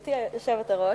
גברתי היושבת-ראש,